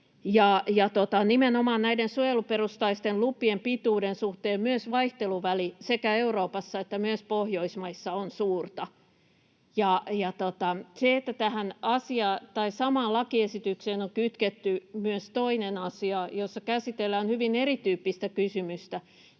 nimenomaan näiden suojeluperustaisten lupien pituuden suhteen myös vaihteluväli sekä Euroopassa että myös Pohjoismaissa on suurta. Ja se, että tähän samaan lakiesitykseen on kytketty myös toinen asia, jossa käsitellään hyvin erityyppistä kysymystä,